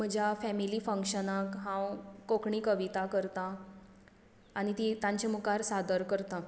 म्हज्या फॅमिली फंक्शनाक हांव कोंकणी कविता करता आनी ती तांच्या मुखार सादर करतां